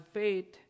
faith